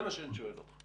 זה מה שאני שואל אותך.